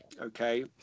okay